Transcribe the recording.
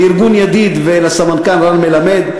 לארגון "ידיד" ולסמנכ"ל רן מלמד,